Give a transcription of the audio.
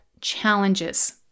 challenges